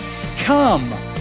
Come